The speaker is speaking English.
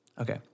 Okay